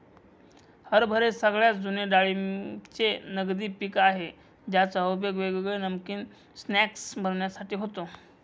हरभरे सगळ्यात जुने डाळींचे नगदी पिक आहे ज्याचा उपयोग वेगवेगळे नमकीन स्नाय्क्स बनविण्यासाठी होतो